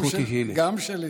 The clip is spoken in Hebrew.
גם שלי.